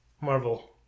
Marvel